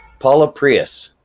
paula priesse,